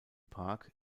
park